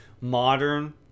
modern